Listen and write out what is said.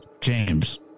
James